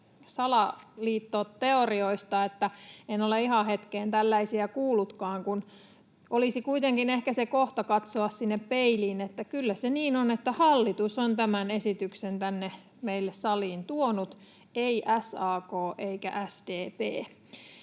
salaliittoteorioista, että en ole ihan hetkeen tällaisia kuullutkaan. Olisi kuitenkin ehkä se kohta katsoa sinne peiliin, että kyllä se on niin, että hallitus on tämän esityksen tänne meille saliin tuonut, ei SAK eikä SDP.